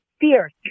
fierce